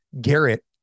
Garrett